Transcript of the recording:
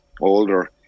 older